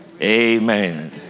Amen